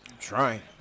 Trying